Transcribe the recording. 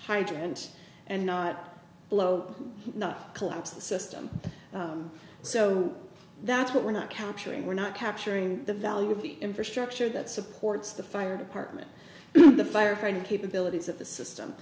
hydrant and not blow not collapse the system so that's what we're not capturing we're not capturing the value of the infrastructure that supports the fire department the fire fighting capabilities of the system